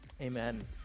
Amen